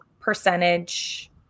percentage